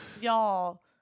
Y'all